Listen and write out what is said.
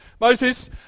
Moses